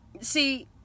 see